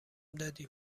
دادیم